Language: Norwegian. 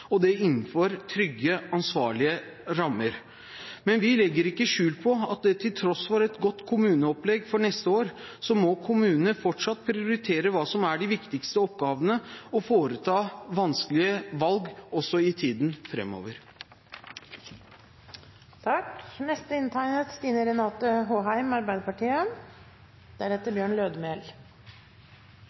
flest, og det innenfor trygge og ansvarlige rammer. Men vi legger ikke skjul på at til tross for et godt kommuneopplegg for neste år må kommunene fortsatt prioritere hva som er de viktigste oppgavene, og foreta vanskelige valg, også i tiden framover. Arbeiderpartiet